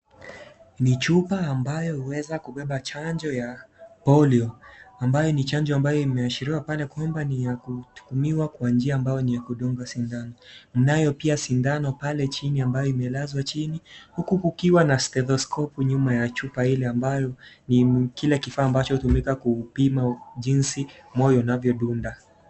Ni chupa ambayo huweza kubeba chanjo ya polio ambayo ni chanjo ambayo imeashiriwa pale kwamba ni ya kutumiwa kwa njia ambayo ni ya kudunga sindano. Kunayo pia sindano pale chini ambayo imelazwa chini huku kukiwa na stethoskopu nyuma ya chupa ile ambayo ni kile kifaa ambacho kinaweza kupima jinsi moyo unavyodunda.